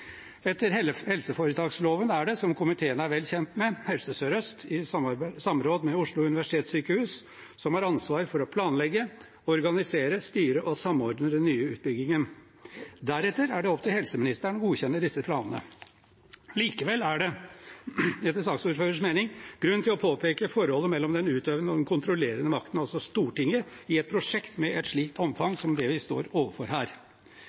helseforetaksloven er det, som komiteen er vel kjent med, Helse Sør-Øst i samråd med Oslo universitetssykehus som har ansvar for å planlegge, organisere, styre og samordne den nye utbyggingen. Deretter er det opp til helseministeren å godkjenne disse planene. Likevel er det etter saksordførerens mening grunn til å påpeke forholdet mellom den utøvende og den kontrollerende makten, altså Stortinget, i et prosjekt med et slikt omfang som det vi står overfor her.